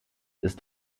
ist